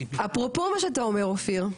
אפרופו מה שאתה אומר אופיר,